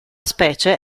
specie